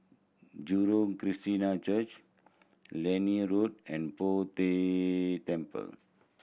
Jurong Christiana Church Liane Road and Poh Day Temple